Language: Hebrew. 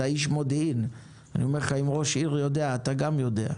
אתה איש מודיעין, ואם ראש עיר יודע, אתה גם יודע.